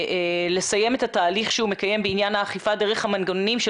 ולסיים את התהליך שהוא מקיים בעניין האכיפה דרך המנגנונים של